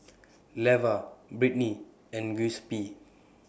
Levar Brittnie and Giuseppe